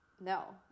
no